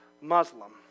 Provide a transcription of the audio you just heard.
Muslim